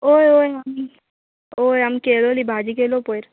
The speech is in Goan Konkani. ओय वोय ओय आमी केलोली भाजी केलो पोयर